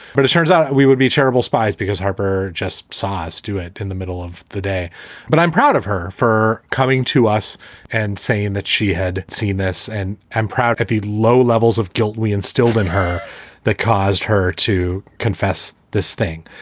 but it turns out we would be terrible spies because harper just saw us do it in the middle of the day but i'm proud of her for coming to us and saying that she had seen this and am proud. kathy, low levels of guilt we instilled in her that caused her to confess this thing.